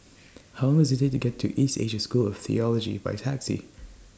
How Long Does IT Take to get to East Asia School of Theology By Taxi